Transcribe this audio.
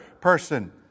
person